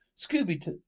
scooby